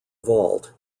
vault